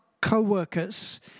co-workers